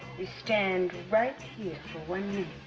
we stand right here for one minute